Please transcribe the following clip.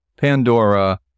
Pandora